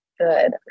Good